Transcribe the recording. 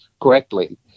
correctly